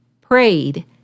prayed